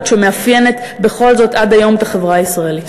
שמאפיינת בכל זאת עד היום את החברה הישראלית.